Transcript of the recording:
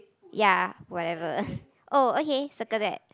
ya whatever oh okay circle that